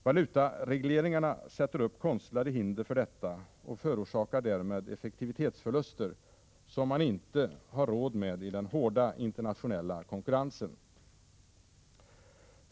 Valutaregleringarna sätter upp konstlade hinder för detta och förorsakar därmed effektivitetsförluster som man inte har råd med i den hårda internationella konkurrensen.